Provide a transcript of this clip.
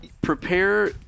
prepare